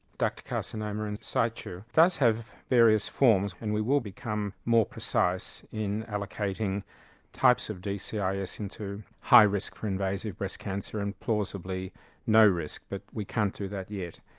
ductal carcinoma in situ does have various forms and we will become more precise in allocating types of dcis into high risk for invasive breast cancer and plausibly no risk. but we can't do that yet.